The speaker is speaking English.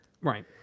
Right